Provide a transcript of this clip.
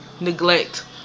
neglect